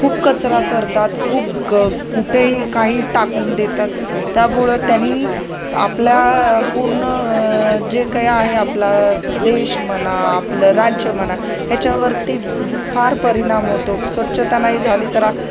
खूप कचरा करतात खूप ग कुठेही काही टाकून देतात त्यामुळं त्यांनी आपल्या पूर्ण जे काय आहे आपला देश म्हणा आपलं राज्य म्हणा ह्याच्यावरती फार परिणाम होतो स्वच्छता नाही झाली तर